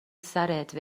سرت